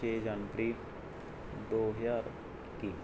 ਛੇ ਜਨਵਰੀ ਦੋ ਹਜ਼ਾਰ ਇੱਕੀ